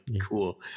cool